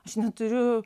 aš neturiu